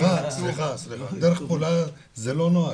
סליחה, דרך פעולה זה לא נוהל.